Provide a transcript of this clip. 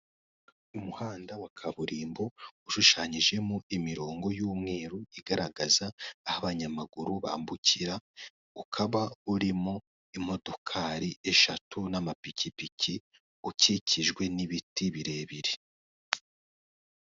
Umuhanda wa kaburimbo ushushanyijemo imirongo y'umweru igaragaza aho abanyamaguru bambukira, ukaba uririmo imodokari eshatu n'amapikipiki, ukikijwe n'ibiti birebire.